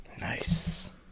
Nice